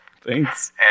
Thanks